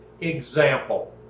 Example